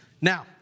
Now